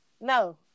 no